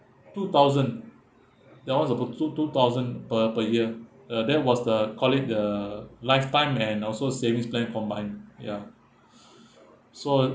two thousand dollars that [one] is about two two thousand per per year uh that was the colleague the lifetime and also savings plan combined ya so